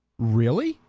really?